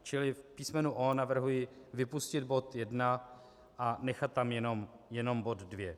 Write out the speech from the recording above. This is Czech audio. Čili písmeno o) navrhuji vypustit bod jedna a nechat tam jenom bod dvě.